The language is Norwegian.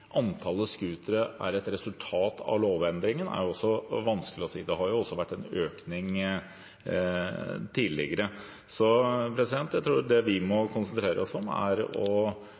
antallet scootere er et resultat av lovendringen, er også vanskelig å si. Det har også vært en økning tidligere. Jeg tror vi må konsentrere oss om